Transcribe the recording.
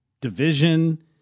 Division